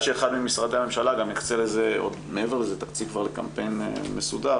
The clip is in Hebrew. שאחד ממשרדי הממשלה יקצה לזה תקציב לקמפיין מסודר,